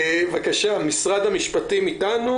משרד המשפטים איתנו?